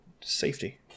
safety